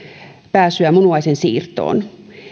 pääsyä munuaisensiirtoon